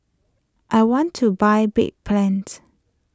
I want to buy Bedpans